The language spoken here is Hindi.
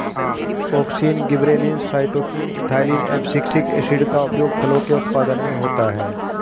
auxin, gibberellins, cytokinin, ethylene, abscisic acid का उपयोग फलों के उत्पादन में होता है